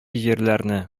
җирләрне